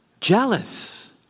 Jealous